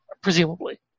presumably